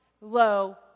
low